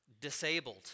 disabled